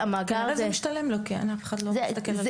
כנראה זה משתלם לו, כי אף אחד לא מסתכל על זה.